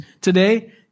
today